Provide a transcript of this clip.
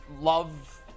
love